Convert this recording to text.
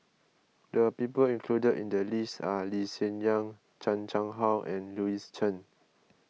the people included in the list are Lee Hsien Yang Chan Chang How and Louis Chen